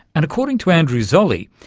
and according to andrew zolli,